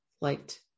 liked